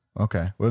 okay